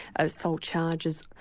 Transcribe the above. assault charges,